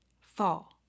fall